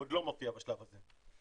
עוד לא מופיע בשלב הזה.